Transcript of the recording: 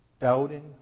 doubting